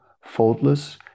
faultless